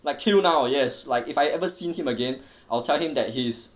like till now yes like if I ever seen him again I'll tell him that he is